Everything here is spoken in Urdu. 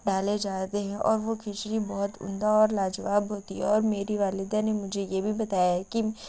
ڈالے جاتے ہیں اور وہ کھچڑی بہت عمدہ اور لاجواب ہوتی ہے اور میری والدہ نے مجھے یہ بھی بتایا ہے کہ